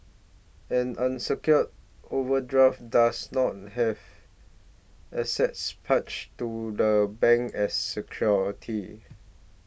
an unsecured overdraft does not have assets parched to the bank as security